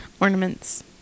Ornaments